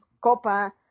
copa